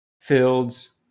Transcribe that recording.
Fields